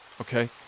Okay